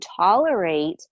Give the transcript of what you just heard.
tolerate